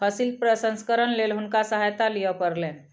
फसिल प्रसंस्करणक लेल हुनका सहायता लिअ पड़लैन